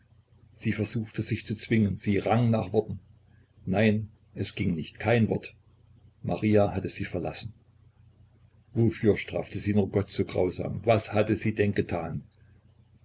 sie versuchte sich zu zwingen sie rang nach worten nein es ging nicht kein wort maria hatte sie verlassen wofür strafte sie nur gott so grausam was hatte sie denn getan